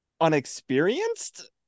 unexperienced